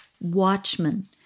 watchmen